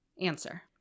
Answer